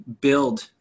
build